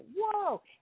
whoa